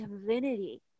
divinity